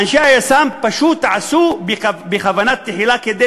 אנשי היס"מ פשוט עשו בכוונה תחילה כדי